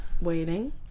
waiting